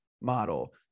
model